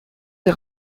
des